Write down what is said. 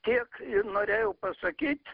tiek norėjau pasakyt